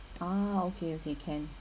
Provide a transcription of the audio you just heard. uh okay okay can